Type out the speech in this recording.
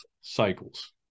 cycles